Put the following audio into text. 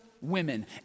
women